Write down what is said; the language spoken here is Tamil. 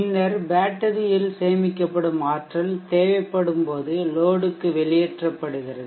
பின்னர் பேட்டரியில் சேமிக்கப்படும் ஆற்றல் தேவைப்படும் போது லோடுக்கு வெளியேற்றப்படுகிறது